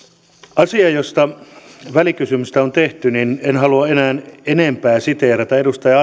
asiassa josta välikysymystä on tehty en halua enää enempää siteerata niitä edustaja